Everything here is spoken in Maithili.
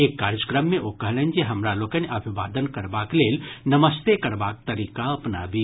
एक कार्यक्रम मे ओ कहलनि जे हमरा लोकनि अभिवादन करबाक लेल नमस्ते करबाक तरीका अपनाबी